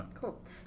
Cool